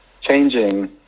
changing